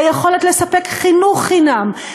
היכולת לספק חינוך חינם,